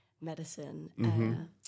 medicine